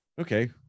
okay